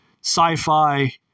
sci-fi